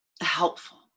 helpful